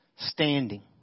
standing